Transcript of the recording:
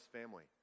family